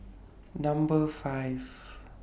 Number five